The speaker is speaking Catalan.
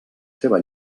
seva